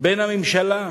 בין הממשלה והכנסת.